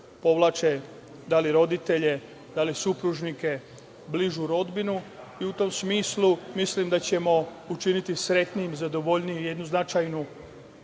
da li roditelje, da li supružnike, bližu rodbinu i u tom smislu mislim da ćemo učiniti srećnijim, zadovoljnijim jednu značajnu